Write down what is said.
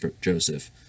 joseph